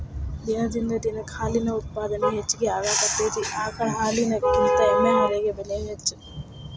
ದಿನದಿಂದ ದಿನಕ್ಕ ಹಾಲಿನ ಉತ್ಪಾದನೆ ಹೆಚಗಿ ಆಗಾಕತ್ತತಿ ಆಕಳ ಹಾಲಿನಕಿಂತ ಎಮ್ಮಿ ಹಾಲಿಗೆ ಬೆಲೆ ಹೆಚ್ಚ